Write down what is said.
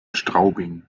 straubing